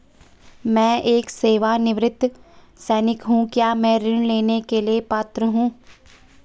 मैं एक सेवानिवृत्त सैनिक हूँ क्या मैं ऋण लेने के लिए पात्र हूँ?